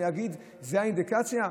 אני אגיד שזאת האינדיקציה?